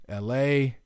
LA